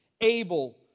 able